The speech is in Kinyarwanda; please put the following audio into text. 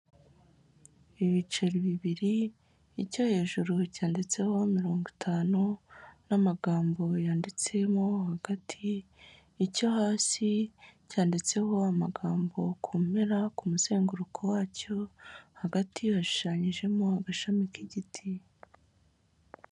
Ibiceri bibiri, icyo hejuru cyanditseho mirongo itanu, n'amagambo yanditsemo hagati, icyo hasi cyanditseho amagambo ku mpera, ku muzenguruko wacyo, hagati hashushanyijemo agashami k'igiti.